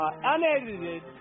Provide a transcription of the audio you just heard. unedited